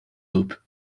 loop